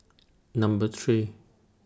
Number three